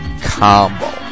Combo